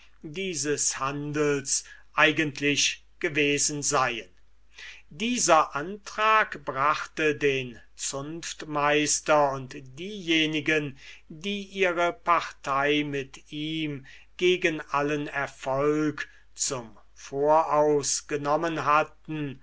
dieses handels eigentlich gewesen seien dieser antrag brachte den zunftmeister und diejenigen die ihre partei mit ihm gegen allen erfolg zum voraus genommen hatten